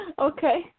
Okay